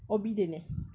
obedient eh